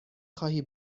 خواهی